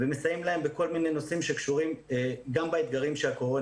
ומסייעים להם בכל מיני נושאים שקשורים גם באתגרים שהקורונה